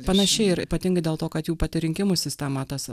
panašiai ir ypatingai dėl to kad jų pati rinkimų sistema tas